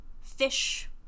fish